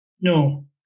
No